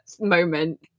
moment